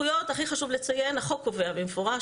החוק קובע במפורש,